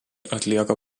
atlieka